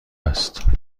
است